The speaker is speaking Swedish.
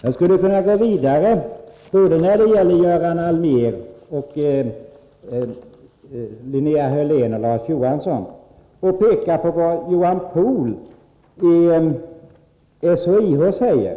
Jag skulle kunna gå vidare och för Göran Allmér, Linnea Hörlén och Larz Johansson peka på vad Johan Pohl, SHIO, säger i en artikel.